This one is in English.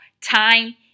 time